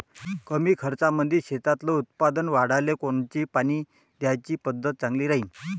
कमी खर्चामंदी शेतातलं उत्पादन वाढाले कोनची पानी द्याची पद्धत चांगली राहीन?